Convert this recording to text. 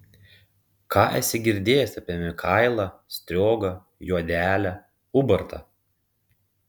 ką esi girdėjęs apie mikailą striogą juodelę ubartą